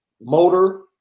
Motor